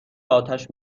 اتش